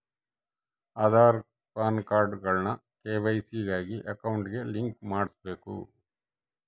ಆದಾರ್, ಪಾನ್ಕಾರ್ಡ್ಗುಳ್ನ ಕೆ.ವೈ.ಸಿ ಗಾಗಿ ಅಕೌಂಟ್ಗೆ ಲಿಂಕ್ ಮಾಡುಸ್ಬಕು